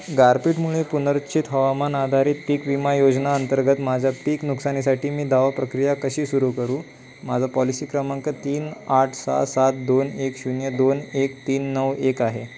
गारपीटमुळेनर्चित हवामान आधारित पीक विमा योजना अंतर्गत माझ्या पीक नुकसानीसाठी मी दावा प्रक्रिया कशी सुरू करू माझा पॉलिसी क्रमांक तीन आठ सहा सात दोन एक शून्य दोन एक तीन नऊ एक आहे